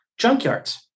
junkyards